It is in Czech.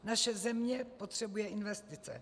Naše země potřebuje investice.